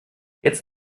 jetzt